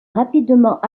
rapidement